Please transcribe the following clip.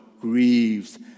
grieves